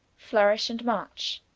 flourish, and march.